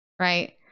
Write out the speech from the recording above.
right